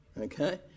Okay